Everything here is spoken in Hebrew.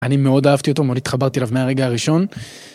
אני מאוד אהבתי אותו, מאוד התחברתי אליו מהרגע הראשון.